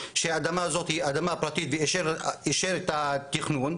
שאדמה הזאת היא אדמה פרטית ואישר את התכנון,